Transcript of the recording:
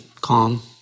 calm